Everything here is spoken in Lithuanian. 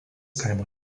kaimo